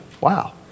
Wow